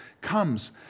comes